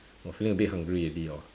!wah! feeling a bit hungry already hor